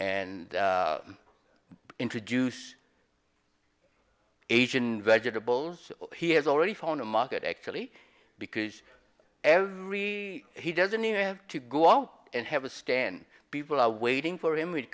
and introduce asian vegetables he has already found a market actually because every he doesn't even have to go out and have a stand people are waiting for him